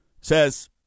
says –